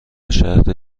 شهر